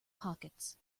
pockets